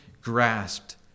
grasped